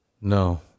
No